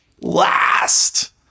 last